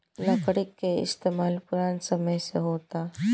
लकड़ी के इस्तमाल पुरान समय से होता